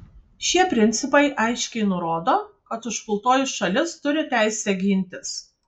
šie principai aiškiai nurodo kad užpultoji šalis turi teisę gintis